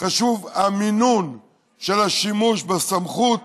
חשוב המינון של השימוש בסמכות